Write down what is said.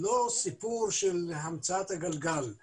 הנכבדה הראשונה שנולדה בישראל וגם אני אם הלשכה המרכזית